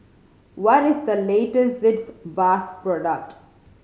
what is the latest Sitz Bath product